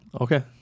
Okay